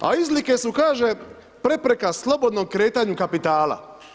A izlike su kaže prepreka slobodnom kretanju kapitala.